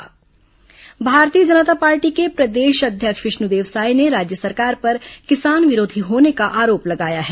भाजपा बयान भारतीय जनता पार्टी के प्रदेश अध्यक्ष विष्णुदेव साय ने राज्य सरकार पर किसान विरोधी होने का आरोप लगाया है